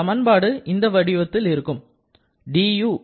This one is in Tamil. இந்த சமன்பாடு இந்த வடிவத்தில் இருக்கும்